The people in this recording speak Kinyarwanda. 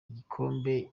igikombe